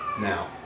Now